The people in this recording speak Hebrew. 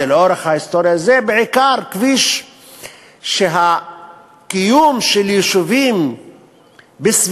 לאורך ההיסטוריה זה בעיקר כביש שהקיום של יישובים בסביבתו,